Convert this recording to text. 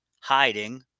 hiding